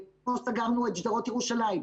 פה סגרנו את שדרות ירושלים.